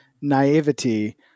naivety